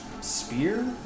spear